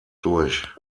durch